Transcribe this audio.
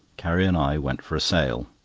carrie and i went for a sail.